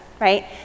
right